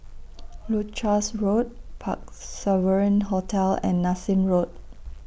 Leuchars Road Parc Sovereign Hotel and Nassim Road